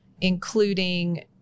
including